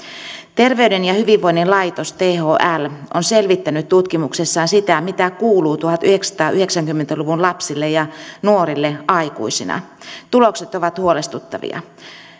terveyden ja hyvinvoinnin laitos thl on selvittänyt tutkimuksessaan sitä mitä kuuluu tuhatyhdeksänsataayhdeksänkymmentä luvun lapsille ja nuorille aikuisina tulokset ovat huolestuttavia